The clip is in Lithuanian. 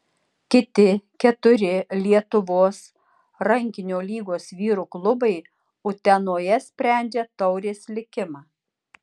kiti keturi lietuvos rankinio lygos vyrų klubai utenoje sprendžia taurės likimą